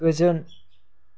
गोजोन